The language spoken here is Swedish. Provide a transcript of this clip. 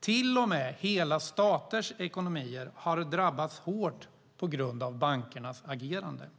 Till och med hela staters ekonomier har drabbats hårt på grund av bankernas agerande.